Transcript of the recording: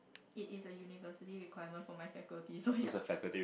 it is a university requirement for my faculty so ya